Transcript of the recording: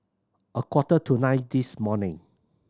a quarter to nine this morning